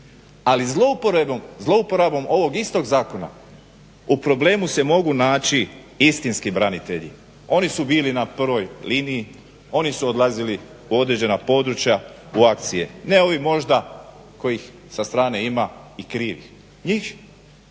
ali zlouporabom ovog istog zakona u problemu se mogu naći istinski branitelji. Oni su bili na prvoj liniji, oni su odlazili u određena područja u akcije. Ne ovi možda kojih sa strane ima i krivih. Njih